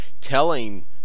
telling